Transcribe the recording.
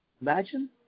Imagine